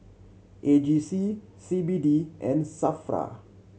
A G C C B D and SAFRA